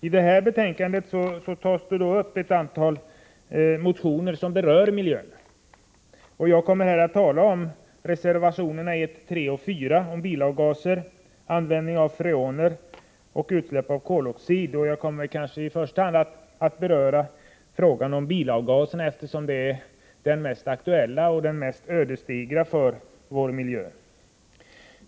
I detta betänkande behandlas ett antal motioner som berör miljön. Jag kommer att tala om reservation 1 om bilavgaserna, reservation 3 om användningen av freoner och reservation 4 om koldioxidproblemet. Jag avser i första hand att ta upp frågan om bilavgaserna, eftersom de utgör det mest aktuella och ödesdigra hotet mot vår miljö.